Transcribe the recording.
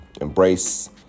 embrace